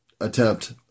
attempt